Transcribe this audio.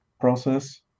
process